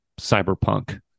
cyberpunk